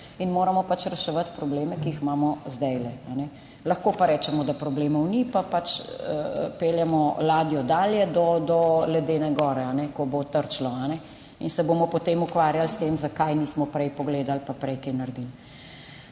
in moramo reševati probleme, ki jih imamo zdajle. Lahko pa rečemo, da problemov ni, pa pač peljemo ladjo dalje do ledene gore, kjer bo trčilo, in se bomo potem ukvarjali s tem, zakaj nismo prej pogledali pa prej česa naredili.